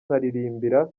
nkaririmbira